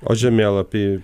o žemėlapį